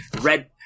red